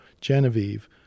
Genevieve